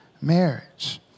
marriage